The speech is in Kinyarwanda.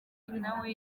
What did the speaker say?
nawe